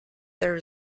there